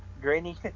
Granny